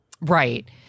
Right